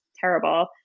terrible